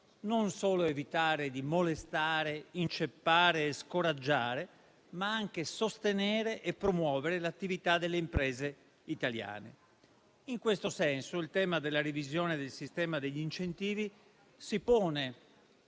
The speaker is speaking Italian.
non solo evitare di molestare, inceppare e scoraggiare, ma anche sostenere e promuovere l'attività delle imprese italiane. In questo senso, il tema della revisione del sistema degli incentivi si pone